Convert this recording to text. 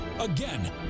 Again